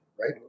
Right